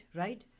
right